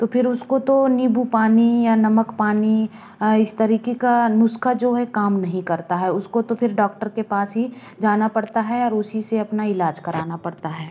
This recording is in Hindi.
तो फिर उसको तो नींबू पानी या नमक पानी इस तरीके का नुस्खा जो है काम नहीं करता है उसको तो फिर डॉक्टर के पास ही जाना पड़ता है और उसी से अपना इलाज कराना पड़ता है